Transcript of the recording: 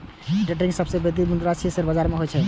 day trading सबसं बेसी विदेशी मुद्रा आ शेयर बाजार मे होइ छै